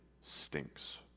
stinks